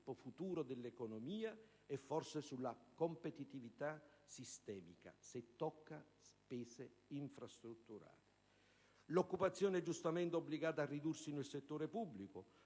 futuro dell'economia e forse sulla competitività sistemica, se tocca spese infrastrutturali. L'occupazione è giustamente obbligata a ridursi nel settore pubblico,